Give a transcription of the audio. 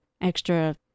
extra